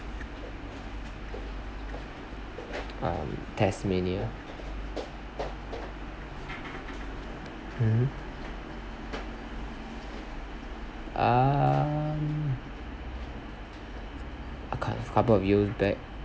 um tasmania mmhmm um I can't a couple of years back